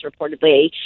reportedly